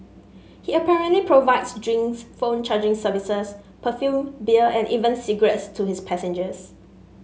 he apparently provides drinks phone charging services perfume beer and even cigarettes to his passengers